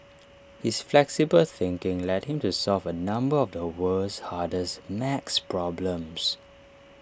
his flexible thinking led him to solve A number of the world's hardest math problems